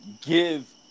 give